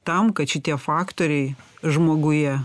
tam kad šitie faktoriai žmoguje